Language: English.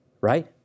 right